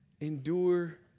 endure